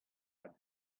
pad